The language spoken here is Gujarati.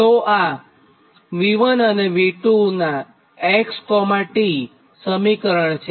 તો આ V1 અને V2 નાં xt સમીકરણ છે